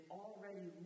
already